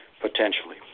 potentially